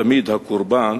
תמיד הקורבן,